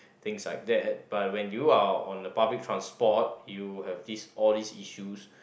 things like that but when you are on a public transport you have this all these issues